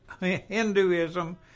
Hinduism